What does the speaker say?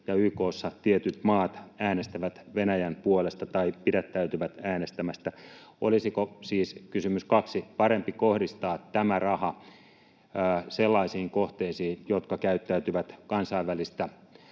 ja YK:ssa tietyt maat äänestävät Venäjän puolesta tai pidättäytyvät äänestämästä. Kysymys 2: olisiko siis parempi kohdistaa tämä raha sellaisiin kohteisiin, jotka käyttäytyvät kansainvälisiä